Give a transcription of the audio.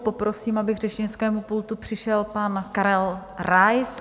Poprosím, aby k řečnickému pultu přišel pan Karel Rais.